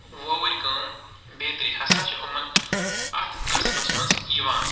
ووٚوٕرۍ کٲم بیترِ ہسا چھِ یِمَن اَتھ قصبس منٛز یِوان